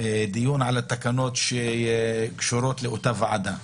דיון על התקנות שקשורות לאותה ועדה: